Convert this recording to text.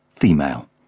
female